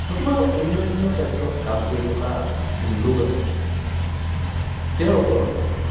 নতুবা অন্যান্য ক্ষেত্ৰত কাম কৰি থকা যিখিনি লোক আছে তেওঁলোকৰ